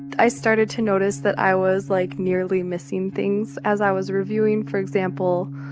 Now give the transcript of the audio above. i started to notice that i was, like, nearly missing things as i was reviewing. for example,